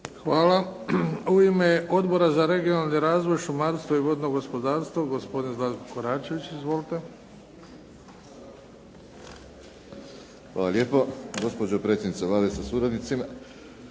Hvala. U ime Odbora za regionalni razvoj, šumarstvo i vodno gospodarstvo gospodin Zlatko Koračević. Izvolite. **Koračević, Zlatko (HNS)** Hvala lijepo. Gospođo predsjednice Vlade sa suradnicima.